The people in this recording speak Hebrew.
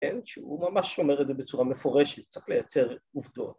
‫שהוא ממש שומר את זה בצורה מפורשת, ‫צריך לייצר עובדות.